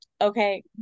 Okay